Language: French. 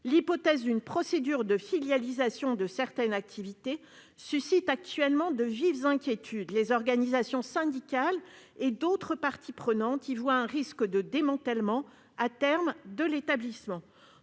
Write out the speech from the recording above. L'hypothèse d'une procédure de filialisation de certaines activités suscite actuellement de vives inquiétudes. Les organisations syndicales, ainsi que d'autres parties prenantes, y voient un risque de démantèlement, à terme, de l'établissement.